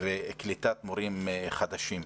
וקליטת מורים חדשים,